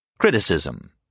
Criticism